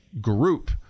group